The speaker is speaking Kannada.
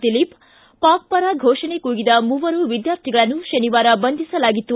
ದಿಲೀಪ್ ಪಾಕ್ ಪರ ಫೋಷಣೆ ಕೂಗಿದ ಮೂವರು ವಿದ್ವಾರ್ಥಿಗಳನ್ನು ಶನಿವಾರ ಬಂಧಿಸಲಾಗಿತ್ತು